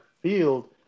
field